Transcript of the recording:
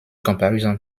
comparison